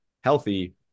healthy